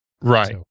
Right